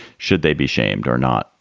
should they be shamed or not?